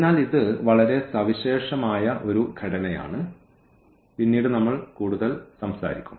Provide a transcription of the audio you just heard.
അതിനാൽ ഇത് വളരെ സവിശേഷമായ ഒരു ഘടനയാണ് പിന്നീട് നമ്മൾ കൂടുതൽ സംസാരിക്കും